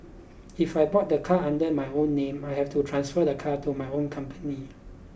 if I bought the car under my own name I have to transfer the car to my own company